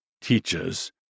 teaches